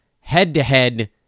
head-to-head